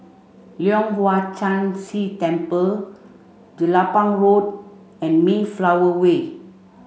Leong Hwa Chan Si Temple Jelapang Road and Mayflower Way